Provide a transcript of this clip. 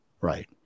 Right